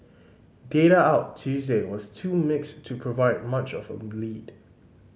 data out Tuesday was too mixed to provide much of a lead